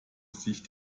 sich